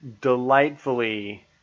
delightfully